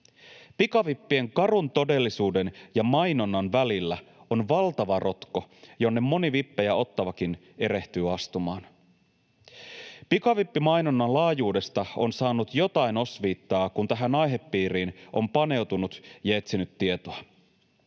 Pikavippien karun todellisuuden ja mainonnan välillä on valtava rotko, jonne moni vippejä ottavakin erehtyy astumaan. Pikavippimainonnan laajuudesta on saanut jotain osviittaa, kun tähän aihepiiriin on paneutunut ja etsinyt tietoa.